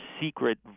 secret